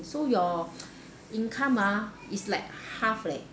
so your income ah is like half leh